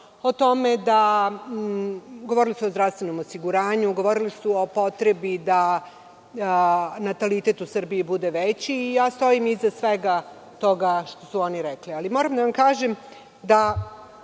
ovo pravo, govorili su o zdravstvenom osiguranju, govorili su o potrebi da natalitet u Srbiji bude veći. Stojim iza svega toga što su oni rekli. Moram da vam kažem da